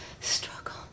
struggle